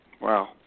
Wow